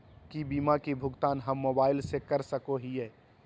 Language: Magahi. की बीमा के भुगतान हम मोबाइल से कर सको हियै?